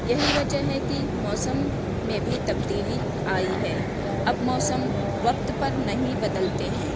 یہی وجہ ہے کہ موسم میں بھی تبدیلی آئی ہے اب موسم وقت پر نہیں بدلتے ہیں